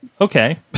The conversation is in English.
okay